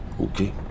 Okay